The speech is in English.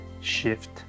shift